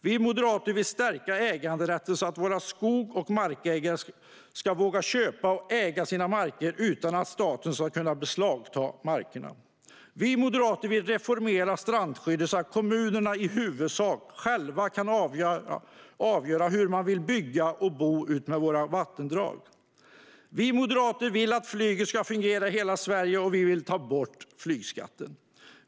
Vi moderater vill stärka äganderätten, så att våra skog och markägare ska våga köpa och äga sina marker utan att staten ska kunna beslagta markerna. Vi moderater vill reformera strandskyddet, så att kommunerna i huvudsak själva ska kunna avgöra hur man ska kunna bygga och bo utmed våra vattendrag. Vi moderater vill att flyget ska fungera i hela Sverige, och vi vill ta bort flygskatten.